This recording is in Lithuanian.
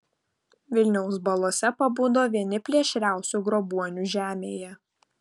vilniaus balose pabudo vieni plėšriausių grobuonių žemėje